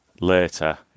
later